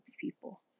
people